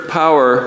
power